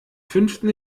fünften